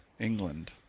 England